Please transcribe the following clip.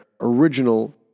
original